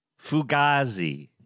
Fugazi